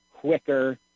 quicker